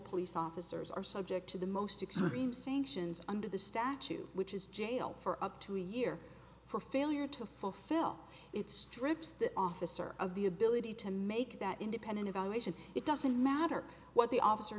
police officers are subject to the most extreme sanctions under the statute which is jail for up to a year for failure to fulfill it strips the officer of the ability to make that independent evaluation it doesn't matter what the officer